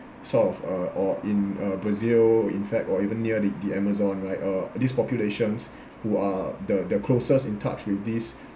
sort of uh or in uh brazil in fact or even near the the amazon right uh these populations who are the the closest in touch with this